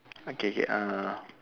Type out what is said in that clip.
okay K uh